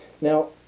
Now